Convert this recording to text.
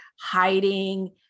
hiding